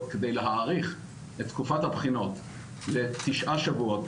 כדי להאריך את תקופת הבחינות לתשעה שבועות,